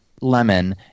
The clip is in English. lemon